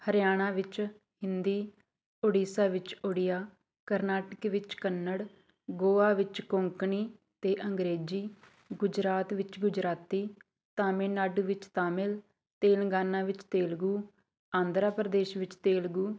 ਹਰਿਆਣਾ ਵਿੱਚ ਹਿੰਦੀ ਉੜੀਸਾ ਵਿੱਚ ਉੜੀਆ ਕਰਨਾਟਕ ਵਿੱਚ ਕੰਨੜ ਗੋਆ ਵਿੱਚ ਕੋਂਕਣੀ ਅਤੇ ਅੰਗਰੇਜ਼ੀ ਗੁਜਰਾਤ ਵਿੱਚ ਗੁਜਰਾਤੀ ਤਾਮਿਲਨਾਡੂ ਵਿੱਚ ਤਾਮਿਲ ਤੇਲੰਗਾਨਾ ਵਿੱਚ ਤੇਲਗੂ ਆਂਧਰਾ ਪ੍ਰਦੇਸ਼ ਵਿੱਚ ਤੇਲਗੂ